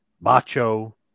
macho